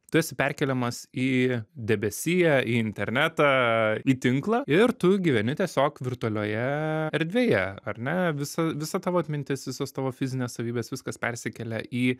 tu esi perkeliamas į debesiją į internetą į tinklą ir tu gyveni tiesiog virtualioje erdvėje ar ne visa visa tavo atmintis visos tavo fizinės savybės viskas persikelia į